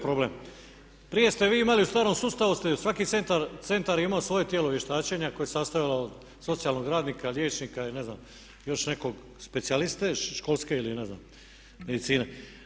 Prije ste vi imali u starom sustavu ste, svaki centar je imao svoje tijelo vještačenja koje se sastojalo od socijalnog radnika, liječnika ili ne znam još nekog specijaliste školske ili ne znam medicine.